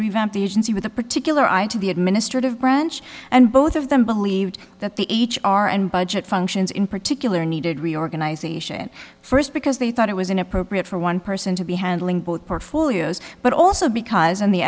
revamp the agency with a particular eye to the administrative branch and both of them believed that the h r and budget functions in particular needed reorganization first because they thought it was inappropriate for one person to be handling both portfolios but also because on the